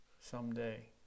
someday